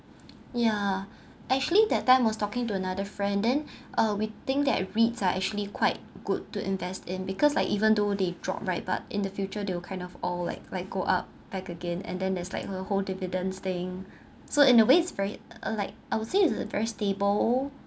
ya actually that time was talking to another friend then uh we think that REITs are actually quite good to invest in because like even though they drop right but in the future they will kind of all like like go up back again and then there's like a whole dividends staying so in a ways it's very uh like I would say it is uh very stable